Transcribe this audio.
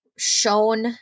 shown